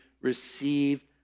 received